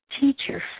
teacher